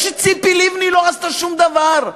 איך זה שציפי לבני לא עשתה שום דבר?